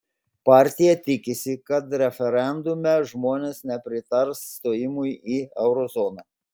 partija tikisi kad referendume žmones nepritars stojimui į euro zoną